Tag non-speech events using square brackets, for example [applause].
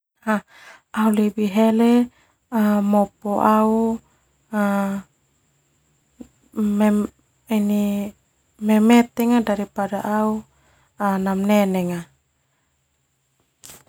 Mopo au [hesitation] memetenga daripada au namnenenga.